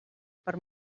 per